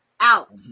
out